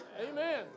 Amen